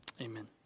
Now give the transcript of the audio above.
amen